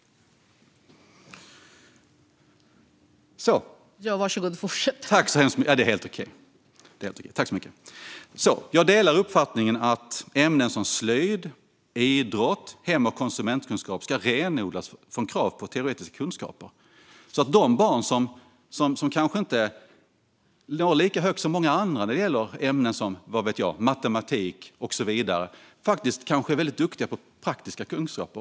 Jag delar uppfattningen att ämnen som slöjd och idrott samt hem och konsumentkunskap ska renodlas från krav på teoretiska kunskaper. De barn som kanske inte når lika högt som många andra i ämnen som matematik och så vidare kanske är väldigt duktiga när det handlar om praktiska kunskaper.